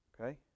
Okay